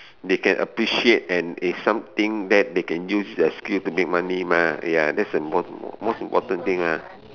they can appreciate and is something that they can use the skill to make money mah ya that is the most important most important thing ah